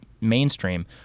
mainstream